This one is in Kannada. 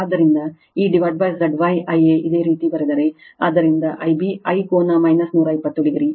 ಆದ್ದರಿಂದ ಈ Z Y Iaಇದೇ ರೀತಿ ಬರೆದರೆ ಆದ್ದರಿಂದ I b I ಕೋನ 120o